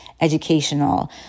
educational